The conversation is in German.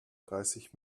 dreißig